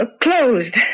Closed